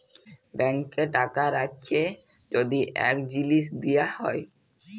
ব্যাংকে টাকা রাখ্যে যদি এই জিলিস দিয়া হ্যয়